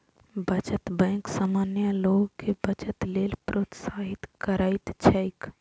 बचत बैंक सामान्य लोग कें बचत लेल प्रोत्साहित करैत छैक